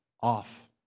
off